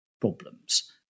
problems